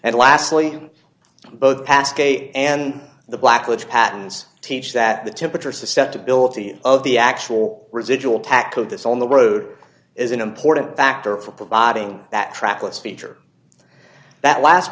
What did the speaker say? gate and the blacklist patents teach that the temperature susceptibility of the actual residual pack of this on the road is an important factor for providing that trackless feature that last